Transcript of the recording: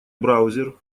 браузер